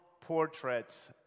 portraits